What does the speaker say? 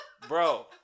bro